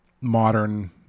modern